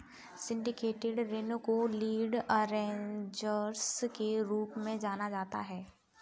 syndicated ऋण को lead arrangers के रूप में जाना जाता है